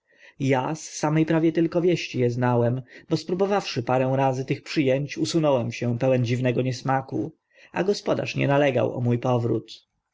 a z same prawie tylko wieści e znałem bo spróbowawszy parę razy tych przy ęć usunąłem się pełen dziwnego niesmaku a gospodarz nie nalegał o mó powrót